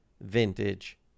vintage